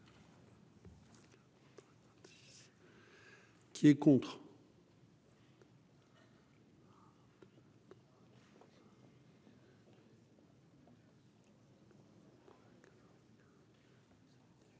Qui est contre.